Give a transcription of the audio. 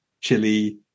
chili